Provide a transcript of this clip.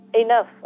enough